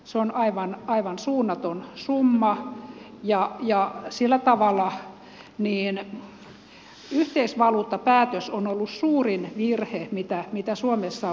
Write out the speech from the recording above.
se on aivan suunnaton summa ja sillä tavalla yhteisvaluuttapäätös on ollut suurin virhe mitä suomessa on tehty